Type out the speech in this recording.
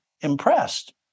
impressed